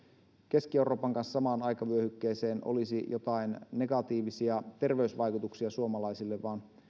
keski euroopan kanssa samaan aikavyöhykkeeseen olisi jotain negatiivisia terveysvaikutuksia suomalaisille vaan